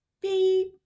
beep